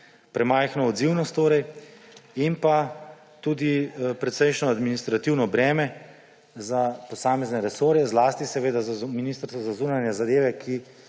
premajhno odzivnost torej in pa tudi precejšnjo administrativno breme za posamezne resorje, zlasti za Ministrstvo za zunanje zadeve, ki